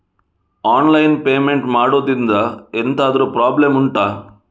online payment ಮಾಡುದ್ರಿಂದ ಎಂತಾದ್ರೂ problem ಉಂಟಾ